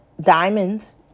diamonds